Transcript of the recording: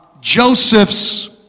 Joseph's